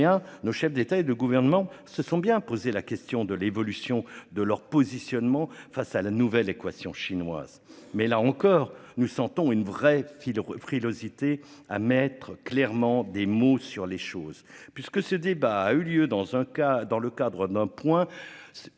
Nos chefs d'État et de gouvernement se sont bien poser la question de l'évolution de leur positionnement face à la nouvelle équation chinoise mais là encore, nous sentons une vraie fille frilosité à mettre clairement des mots sur les choses puisque ce débat a eu lieu dans un cas dans le cadre d'un point,